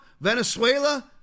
venezuela